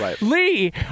Lee